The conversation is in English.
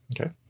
Okay